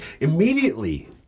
immediately